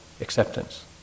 acceptance